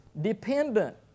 dependent